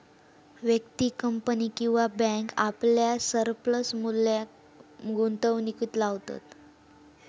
व्यक्ती, कंपनी किंवा बॅन्क आपल्या सरप्लस मुल्याक गुंतवणुकीत लावतत